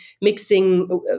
mixing